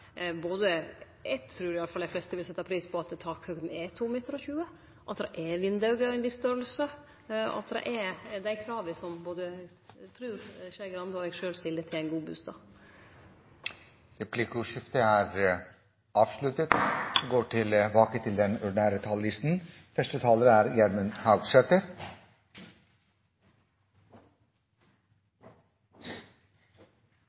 trur iallfall dei fleste vil setje pris på at takhøgda er 2,2 meter, og at det er vindauge av ein viss storleik – at det er dei krava eg trur både eg og Skei Grande stiller til ein god bustad. Replikkordskiftet er